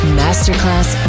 masterclass